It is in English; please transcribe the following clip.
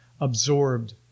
absorbed